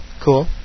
cool